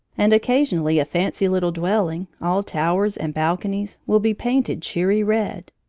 and occasionally a fancy little dwelling, all towers and balconies, will be painted cherry red.